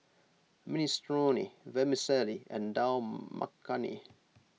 Minestrone Vermicelli and Dal Makhani